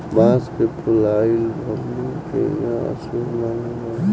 बांस के फुलाइल हमनी के इहां अशुभ मानल जाला